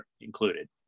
included